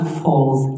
falls